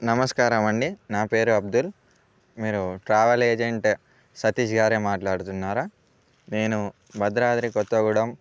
నమస్కారం అండి నా పేరు అబ్దుల్ మీరు ట్రావెల్ ఏజెంట్ సతీష్ గారే మాట్లాడుతున్నారా నేను భద్రాద్రి కొత్తగూడం